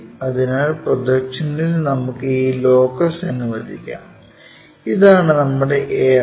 അതിനാൽ പ്രൊജക്ഷനിൽ നമുക്ക് ഈ ലോക്കസ് അനുവദിക്കാം ഇതാണ് നമ്മുടെ a1